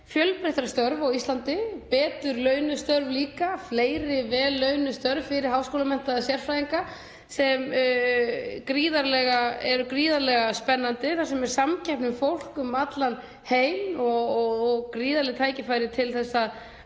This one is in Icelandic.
fjölbreyttari störf á Íslandi, betur launuð störf líka, fleiri vel launuð störf fyrir háskólamenntaða sérfræðinga sem eru gríðarlega spennandi og þar sem er samkeppni um fólk um allan heim og gríðarleg tækifæri til að